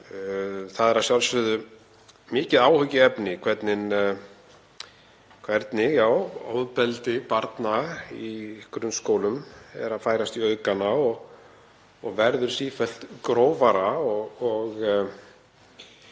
Það er að sjálfsögðu mikið áhyggjuefni hvernig ofbeldi barna í grunnskólum færist í aukana og verður sífellt grófara.